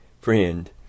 friend